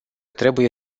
trebuie